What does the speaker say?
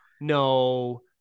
no